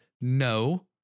No